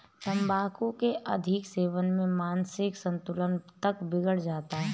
तंबाकू के अधिक सेवन से मानसिक संतुलन तक बिगड़ जाता है